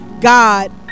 god